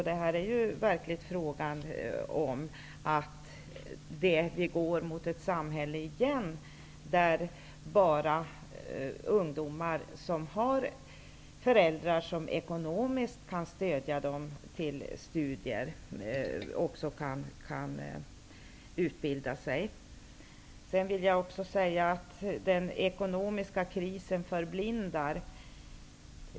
Det är ju verkligen fråga om att vi återigen går mot ett samhälle där bara ungdomar som har föräldrar som ekonomiskt kan stödja deras studier kan utbilda sig. Jag vill också säga att den ekonomiska krisen förblindar.